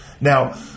Now